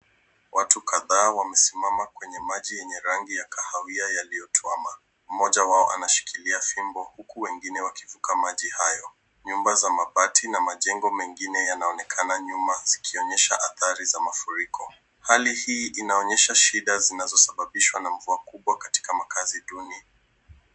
Watu kadhaa wamesimama kwenye maji yenye rangi ya kahawia yaliyotuama. Mmoja wao anashikilia fimbo huku wengine wakivuka maji hayo. Nyumba za mabati na majengo mengine yanaonekana nyuma zikionyesha athari za mafuriko. Hali hii inaonyesha shida zinazosababishwa na mvua kubwa katika makazi duni.